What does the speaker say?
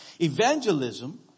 Evangelism